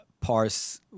parse